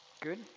Good